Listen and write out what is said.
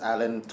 Alan